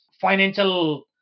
financial